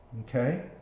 Okay